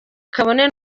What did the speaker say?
kabone